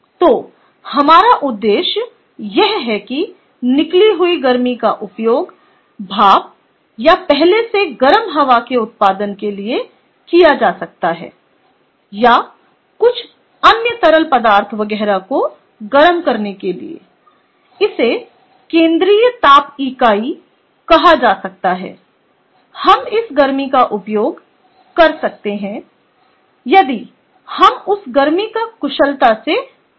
तो हमारा उद्देश्य यह है कि निकली हुई गर्मी का उपयोग भाप या पहले से गरम हवा के उत्पादन के लिए किया जा सकता है या कुछ अन्य तरल पदार्थ वगैरह को गर्म करने के लिए इसे केंद्रीय ताप इकाई कहा जा सकता है हम इस गर्मी का उपयोग कर सकते हैं यदि हम उस गर्मी का कुशलता से परिवहन कर सकते हैं